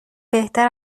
بهتر